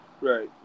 right